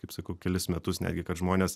kaip sakau kelis metus netgi kad žmonės